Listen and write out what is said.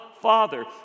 Father